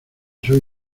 soy